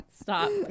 Stop